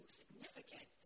significant